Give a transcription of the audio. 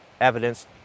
evidence